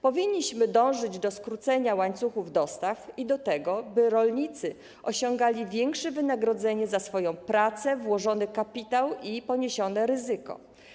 Powinniśmy dążyć do skrócenia łańcuchów dostaw i do tego, by rolnicy osiągali wyższe wynagrodzenie za swoją pracę, włożony kapitał i poniesione ryzyko.